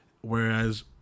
whereas